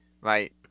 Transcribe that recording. right